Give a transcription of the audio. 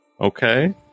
Okay